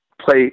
play